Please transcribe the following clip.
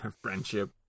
Friendship